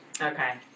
Okay